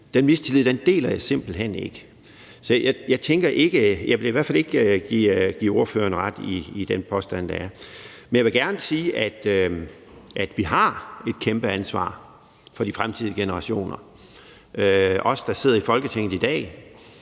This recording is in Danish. Den mistillid deler jeg simpelt hen ikke. Så jeg vil i hvert fald ikke give ordføreren ret i den påstand, der er der. Men jeg vil gerne sige, at vi har et kæmpe ansvar for de fremtidige generationer. Os, der sidder i Folketinget i dag,